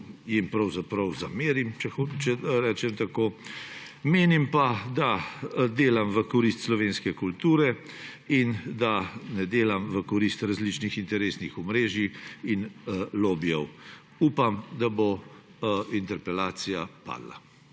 jim pravzaprav zamerim, če rečem tako. Menim, da delam v korist slovenske kulture in da ne delam v korist različnih interesnih omrežij in lobijev. Upam, da bo interpelacija padla.